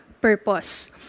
purpose